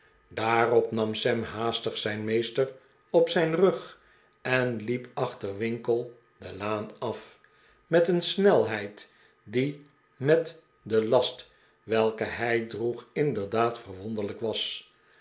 daarop nam sam haastig zijn meester op zijn rug en liep achter winkle de laan af met een snelheid die met den last r welken hij droeg inderdaad verwonderlijk was